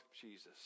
Jesus